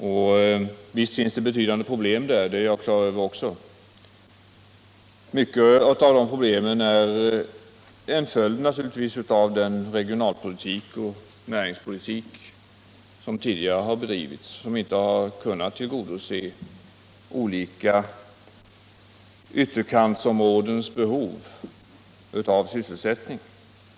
Och visst finns det betydande problem där —- det är jag på det klara med också - men många av de problemen är naturligtvis en följd av den regionalpolitik och den näringspolitik som tidigare har bedrivits och som inte har kunnat tillgodose olika ytterkantsområdens behov av sysselsättning.